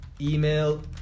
email